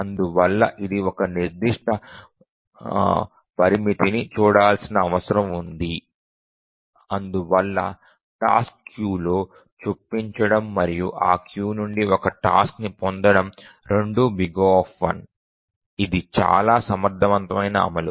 అందువల్ల ఇది ఒక నిర్దిష్ట పరిమితిని చూడాల్సిన అవసరం ఉంది అందువల్ల టాస్క్ క్యూలోకి చొప్పించడం మరియు ఈ క్యూ నుండి ఒక టాస్క్ ని పొందడం రెండూ O ఇది చాలా సమర్థవంతమైన అమలు